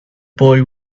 boy